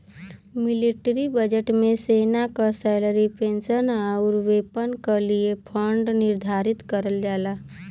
military budget में सेना क सैलरी पेंशन आउर वेपन क लिए फण्ड निर्धारित करल जाला